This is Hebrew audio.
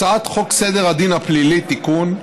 הצעת חוק סדר הדין הפלילי (תיקון,